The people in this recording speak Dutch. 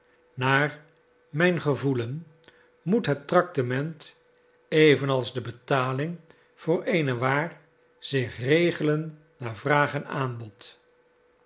naar mijn gevoelen moet het tractement evenals de betaling voor eene waar zich regelen naar vraag en aanbod